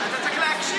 אתה צריך להקשיב.